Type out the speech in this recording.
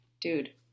Dude